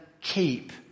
keep